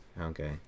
Okay